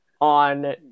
on